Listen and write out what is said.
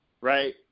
right